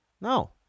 no